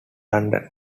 london